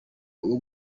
w’u